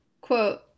Quote